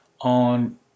on